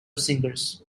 singers